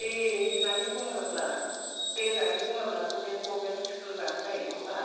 free होन्नानै बुङोब्ला free होन्नानै बुङोब्लाथ' बे गभमेन्ट स्कुलफ्रानो जायो नङा होमबा